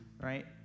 right